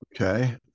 Okay